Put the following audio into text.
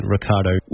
Ricardo